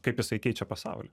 kaip jisai keičia pasaulį